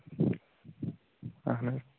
اَہن حظ